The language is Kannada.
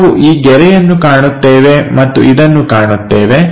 ನಾವು ಈ ಗೆರೆಯನ್ನು ಕಾಣುತ್ತೇವೆ ಮತ್ತು ಇದನ್ನು ಕಾಣುತ್ತೇವೆ